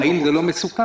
האם זה לא מסוכן?